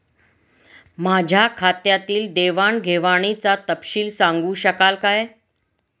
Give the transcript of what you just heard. माझ्या खात्यातील देवाणघेवाणीचा तपशील सांगू शकाल काय?